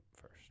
first